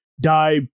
die